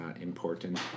important